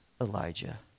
Elijah